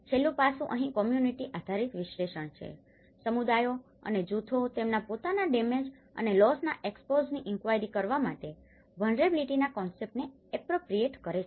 છેલ્લું પાસું અહીં કમ્યુનીટી આધારિત વિશ્લેષણ છે સમુદાયો અને જૂથો તેમના પોતાના ડેમેજ અને લોસના એક્સપોઝની ઈન્કવાયરી કરવા માટે વલ્નરેબીલીટીના કોન્સેપ્ટ ને અપ્રોપ્રીએટ કરે છે